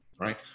right